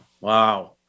Wow